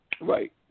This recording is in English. Right